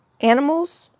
animals